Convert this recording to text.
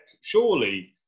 Surely